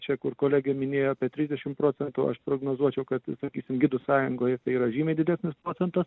čia kur kolegė minėjo apie trisdešim procentų aš prognozuočiau kad sakysim gidų sąjungoje tai yra žymiai didesnis procentas